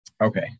Okay